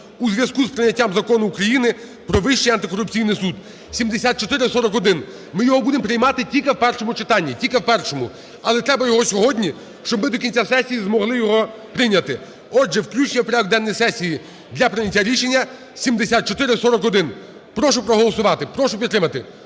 у зв'язку з прийняттям Закону України "Про Вищий антикорупційний суд" (7441). Ми його будемо приймати тільки в першому читанні, тільки в першому, але треба його сьогодні, щоб ми до кінця сесії змогли його прийняти. Отже, включення в порядок денний сесії для прийняття рішення 7441. Прошу проголосувати. Прошу підтримати